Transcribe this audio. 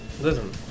Listen